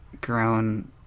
grown